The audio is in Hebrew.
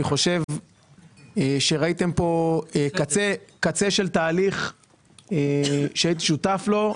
אני חשוב שראיתם כאן קצה של תהליך שהייתי שותף לו.